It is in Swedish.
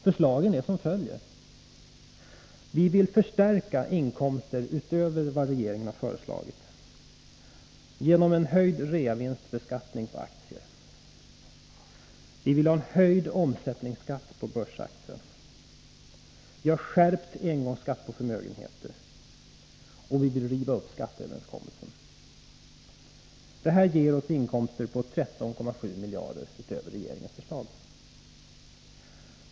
Förslagen är följande: Vi vill förstärka inkomsterna utöver vad regeringen har föreslagit genom en höjd reavinstbeskattning på aktier, vi vill ha en höjd omsättningsskatt på börsaktier, vi vill ha en skärpt engångsskatt på förmögenheter och vi vill riva upp skatteöverenskommelsen. — Detta ger inkomster på 13,7 miljarder utöver regeringens förslag.